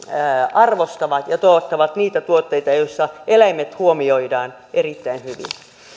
arvostavat ja tuottavat niitä tuotteita joissa eläimet huomioidaan erittäin hyvin